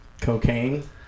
cocaine